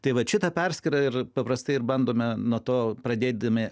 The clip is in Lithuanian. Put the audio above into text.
tai vat šitą perskyrą ir paprastai ir bandome nuo to pradėdami